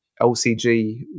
lcg